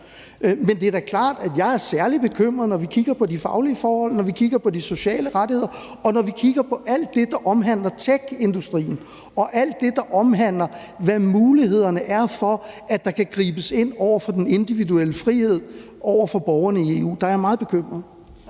Men det er da klart, at jeg er særlig bekymret, når vi kigger på de faglige forhold, når vi kigger på de sociale rettigheder, og når vi kigger på alt det, der omhandler techindustrien, og alt det, der omhandler, hvad mulighederne er for, at der kan gribes ind over for den individuelle frihed, over for borgerne i EU. Der er jeg meget bekymret.